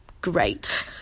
great